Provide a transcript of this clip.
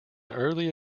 early